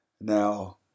Now